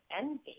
envy